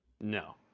no